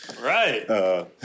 Right